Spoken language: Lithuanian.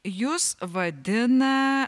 jus vadina